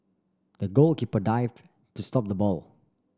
the goalkeeper dived to stop the ball